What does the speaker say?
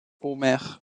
homer